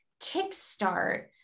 kickstart